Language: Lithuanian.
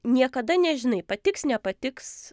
niekada nežinai patiks nepatiks